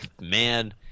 man